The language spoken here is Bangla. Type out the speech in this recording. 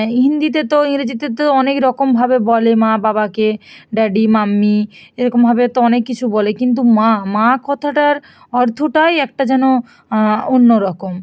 হিন্দিতে তো ইংরেজিতে তো অনেক রকমভাবে বলে মা বাবাকে ড্যাডি মাম্মি এরকমভাবে তো অনেক কিছু বলে কিন্তু মা মা কথাটার অর্থটাই একটা যেন অন্য রকম